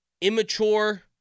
immature